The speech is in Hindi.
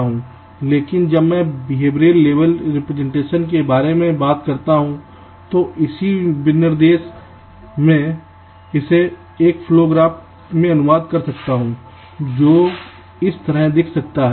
लेकिन जब मैं behavioral level representation के बारे में बात करता हूं तो इसी विनिर्देश मैं इसे एक flow graph में अनुवाद कर सकता हूं जो इस तरह दिख सकता है